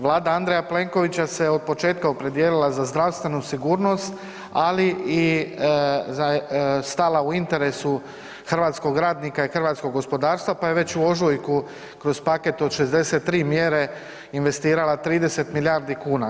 Vlada Andreja Plenkovića se od početka opredijelila za zdravstvenu sigurnost, ali i za stala u interesu hrvatskog radnika i hrvatskog gospodarstva pa je već u ožujku kroz paket od 63 mjere investirala 30 milijardi kuna.